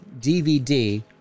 DVD